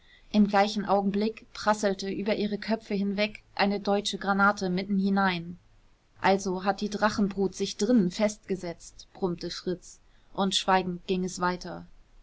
im gleichen augenblick prasselte über ihre köpfe hinweg eine deutsche granate mitten hinein also hat die drachenbrut sich drinnen festgesetzt brummte fritz und schweigend ging es weiter